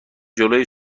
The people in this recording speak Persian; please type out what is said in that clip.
جلوی